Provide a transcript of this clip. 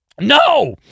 No